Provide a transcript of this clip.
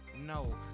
No